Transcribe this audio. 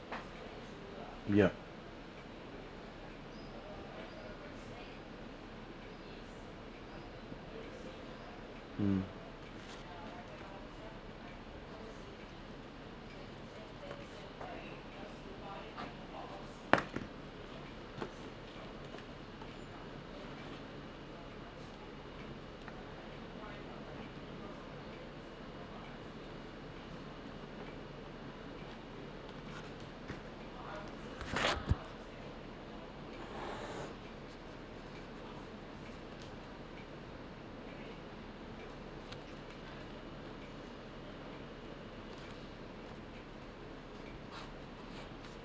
yup mm